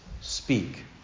speak